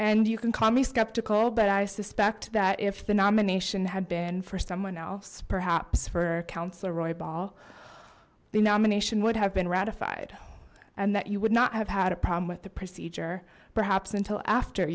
and you can call me skeptical but i suspect that if the nomination had been for someone else perhaps for councillor roybal the nomination would have been ratified and that you would not have had a problem with the procedure perhaps until after